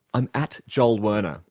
i'm at joelwerner.